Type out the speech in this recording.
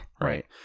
Right